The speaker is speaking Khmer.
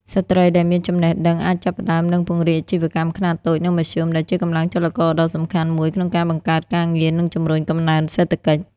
ស្ត្រីដែលមានចំណេះដឹងអាចចាប់ផ្តើមនិងពង្រីកអាជីវកម្មខ្នាតតូចនិងមធ្យម ដែលជាកម្លាំងចលករដ៏សំខាន់មួយក្នុងការបង្កើតការងារ និងជំរុញកំណើនសេដ្ឋកិច្ច។